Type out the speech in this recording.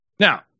Now